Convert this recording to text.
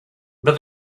but